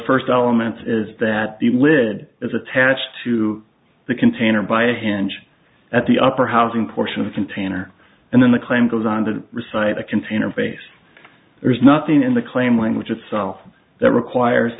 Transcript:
first elements is that the lid is attached to the container by a hinge at the upper housing portion of the container and then the claim goes on to recite the container base there's nothing in the claim language itself that requires